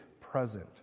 present